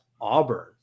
Auburn